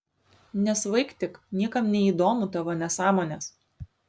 nesvaik tik niekam neįdomu tavo nesąmonės